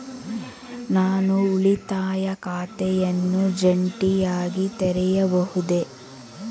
ನಾನು ಉಳಿತಾಯ ಖಾತೆಯನ್ನು ಜಂಟಿಯಾಗಿ ತೆರೆಯಬಹುದೇ?